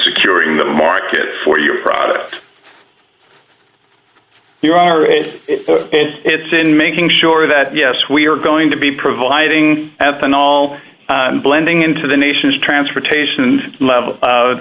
securing the market for your product you are it's in making sure that yes we are going to be providing ethanol blending into the nation's transportation and level